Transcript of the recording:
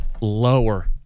lower